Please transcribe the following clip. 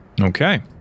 Okay